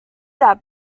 that